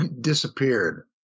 disappeared